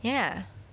ya